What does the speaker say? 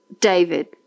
David